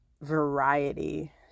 variety